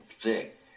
thick